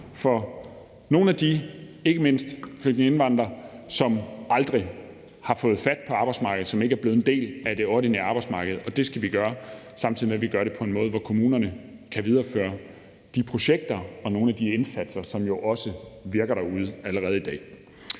nogle af de kvindelige indvandrere, som aldrig har fået fodfæste på arbejdsmarkedet, og som ikke er blevet en del af det ordinære arbejdsmarked, og det skal vi gøre, samtidig med at vi gør det på en måde, hvor kommunerne kan videreføre de projekter og nogle af de indsatser, som jo også virker derude allerede i dag.